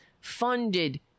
funded